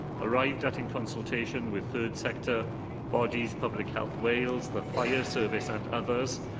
arrived at in consultation with third sector bodies, public health wales, the fire service and others,